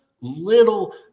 little